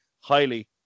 highly